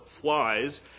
flies